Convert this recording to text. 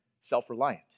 self-reliant